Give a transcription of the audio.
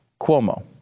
Cuomo